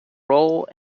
role